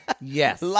Yes